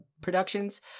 productions